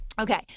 okay